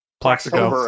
Plaxico